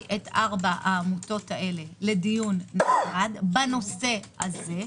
את 4 העמותות האלה לדיון נפרד בנושא הזה.